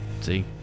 See